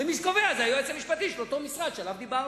הרי מי שקובע זה היועץ המשפטי של המשרד שעליו דיברנו,